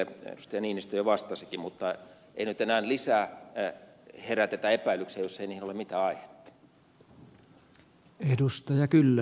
ville niinistö jo vastasikin mutta ei nyt enää lisää herätetä epäilyksiä jos ei niihin ole mitään aihetta